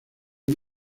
muy